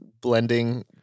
Blending